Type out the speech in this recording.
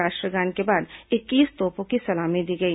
राष्ट्रगान के बाद इक्कीस तोपों की सलामी दी गई